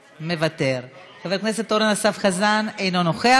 מוותר, חבר הכנסת אורן אסף חזן, אינו נוכח.